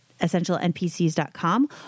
EssentialNPCs.com